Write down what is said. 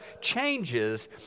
changes